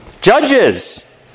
judges